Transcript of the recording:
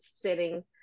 sitting